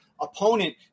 opponent